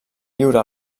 lliure